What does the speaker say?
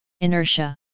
Inertia